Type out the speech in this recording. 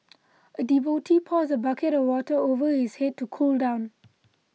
a devotee pours a bucket of water over his head to cool down